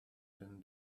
been